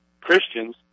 Christians